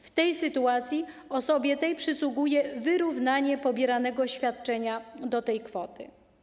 W tej sytuacji osobie tej przysługuje wyrównanie pobieranego świadczenia do tej kwoty.